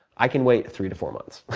i can wait three to four months.